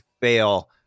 fail